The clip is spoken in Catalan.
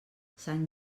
sant